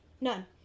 None